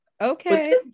Okay